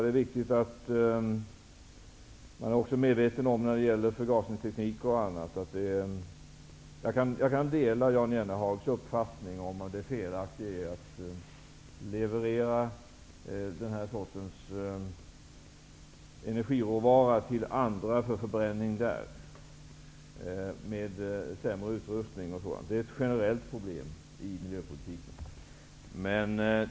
Det är viktigt att man är medveten om problemen med förgasningsteknik. Jag delar Jan Jennehags uppfattning att det är fel att leverera den här sortens energiråvara till andra länder med tanke på den sämre utrustningen och förbränningen. Det är ett generellt problem i miljöpolitiken.